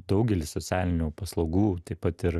daugelis socialinių paslaugų taip pat ir